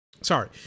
Sorry